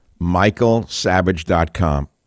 michaelsavage.com